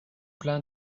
plein